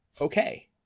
okay